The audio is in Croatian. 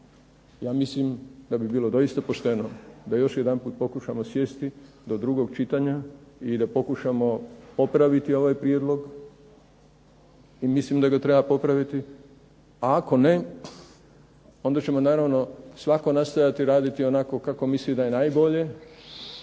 Ja mislim da bi bilo doista pošteno da još jedanput pokušamo sjesti do drugog čitanja i da pokušamo popraviti ovaj prijedlog i mislim da ga treba popraviti, a ako ne onda ćemo naravno svatko nastojati raditi onako kako misli da je najbolje